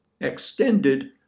extended